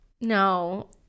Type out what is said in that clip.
No